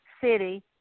City